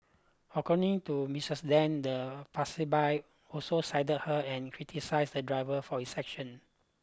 according to Mistress Deng the passerby also sided her and criticised the driver for his action